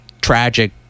tragic